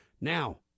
Now